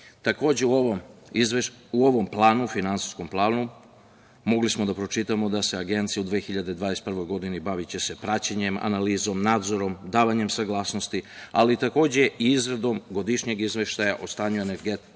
u ovom finansijskom planu mogli smo da pročitamo da će se Agencija u 2021. godini baviti praćenjem, analizom, nadzorom, davanjem saglasnosti, ali i izradom godišnjeg izveštaja o stanju energetskog